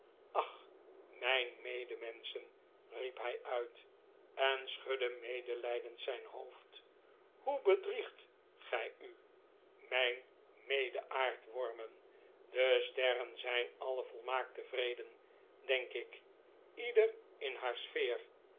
ach mijn medemenschen riep hij uit en schudde medelijdend zijn hoofd hoe bedriegt gij u mijn medeaardwormen de sterren zijn alle volmaakt tevreden denk ik ieder in haar sfeer